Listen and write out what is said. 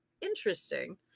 interesting